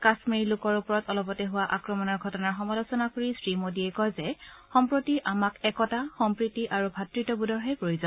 কাম্মীৰি লোকৰ ওপৰত অলপতে হোৱা আক্ৰমণৰ ঘটনাৰ সমালোচনা কৰি শ্ৰী মোডীয়ে কয় যে সম্প্ৰতি আমাক একতা সম্প্ৰীতি আৰু ভাতৃত্ববোধৰহে প্ৰয়োজন